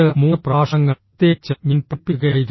2 3 പ്രഭാഷണങ്ങൾ പ്രത്യേകിച്ച് ഞാൻ പഠിപ്പിക്കുകയായിരുന്നു